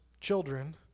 children